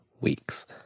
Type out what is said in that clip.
weeks